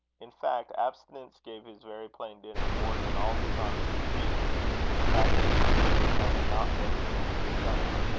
in fact, abstinence gave his very plain dinner more than all the charms of a feast a fact of which hugh has not been the only discoverer.